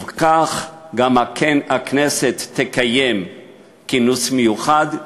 ובכך גם הכנסת תקיים כינוס מיוחד,